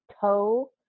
toe